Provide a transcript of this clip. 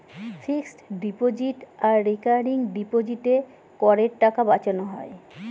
fixed deposit আর recurring ডিপোজিটে করের টাকা বাঁচানো হয়